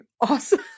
awesome